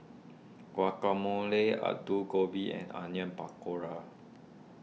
Guacamole Alu Gobi and Onion Pakora